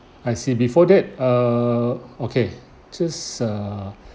I see before that err okay just err